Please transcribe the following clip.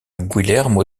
guillermo